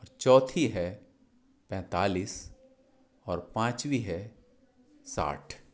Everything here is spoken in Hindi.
और चौथी है पैंतालीस और पाँचवी है साठ